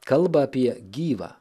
kalba apie gyvą